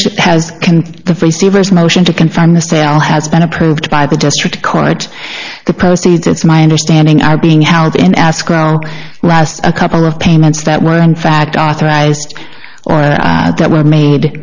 the sale has been approved by the district court the proceeds it's my understanding are being held in ask a couple of payments that were in fact authorized or are that were made